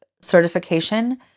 certification